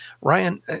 Ryan